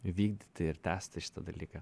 vykdyti ir tęsti šitą dalyką